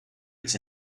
its